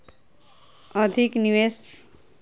अधिक निवेश सॅ निवेशक पर आर्थिक संकट भ सकैत छै